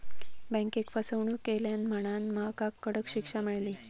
बँकेक फसवणूक केल्यान म्हणांन महकाक कडक शिक्षा मेळली